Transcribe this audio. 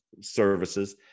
services